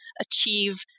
achieve